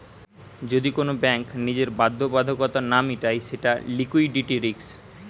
যদি কোন ব্যাঙ্ক নিজের বাধ্যবাধকতা না মিটায় সেটা লিকুইডিটি রিস্ক